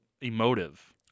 Emotive